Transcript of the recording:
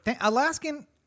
Alaskan